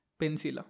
Pensila